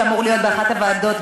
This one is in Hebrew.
שאמור להיות באחת הוועדות,